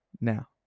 now